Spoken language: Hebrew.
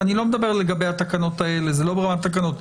אני לא מדבר לגבי התקנות האלה, זה לא ברמת התקנות.